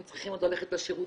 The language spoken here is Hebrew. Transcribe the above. הם צריכים עוד ללכת לשירותים,